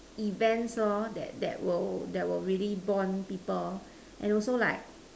events lor that that will that will really Bond people and also like